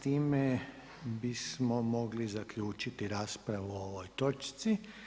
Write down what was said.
S time bismo mogli zaključiti raspravu o ovoj točci.